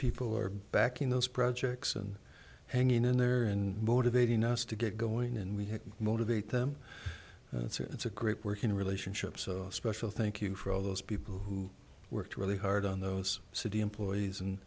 people who are backing those projects and hanging in there and motivating us to get going and we have motivate them it's a great working relationship so special thank you for all those people who worked really hard on those city employees and